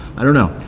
i don't know.